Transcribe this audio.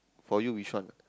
for you which one